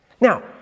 Now